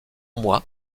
moi